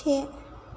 से